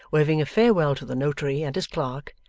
waving a farewell to the notary and his clerk,